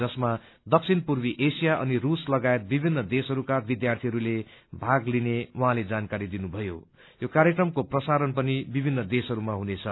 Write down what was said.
यसमा दक्षिण पूर्वी एशिया अनि स्स लागायत विभिन्न देशहरूमा विध्यार्थीहरूले यसमा भाग लिने उहाँले जानकारी दिनुभयो अनि यो कार्यक्रमको प्रसारण पनि विभिन्न देशहरूमा हुनेछ